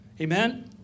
Amen